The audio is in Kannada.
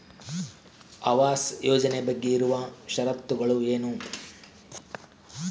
ಆವಾಸ್ ಯೋಜನೆ ಬಗ್ಗೆ ಇರುವ ಶರತ್ತುಗಳು ಏನು?